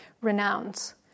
renounce